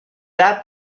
that